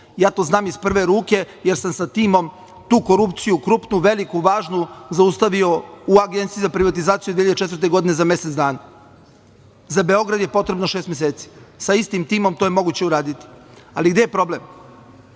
Ja to znam iz prve ruke jer sam sa timom tu korupciju, krupnu, veliku, važnu, zaustavio u Agenciji za privatizaciju 2004. godine za mesec dana. Za Beograd je potrebno šest meseci. Sa istim timom to je moguće uraditi. Ali, gde je problem? Stalno